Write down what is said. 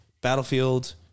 Battlefield